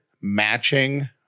matching